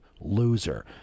loser